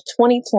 2020